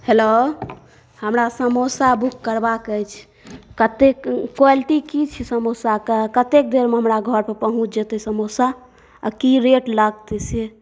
hello हमरा samosa book करबाक अछि कतेक क्वालिटी की छै समोसाके कतेक देरमे हमरा घर पर पहुँच जेतै समोसा आ की रेट लागतै से